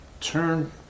turn